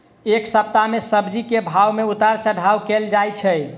एक सप्ताह मे सब्जी केँ भाव मे उतार चढ़ाब केल होइ छै?